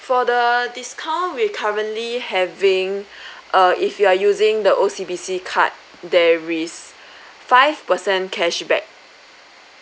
for the discount we currently having uh if you are using the O_C_B_C card there is five percent cashback